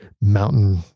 mountain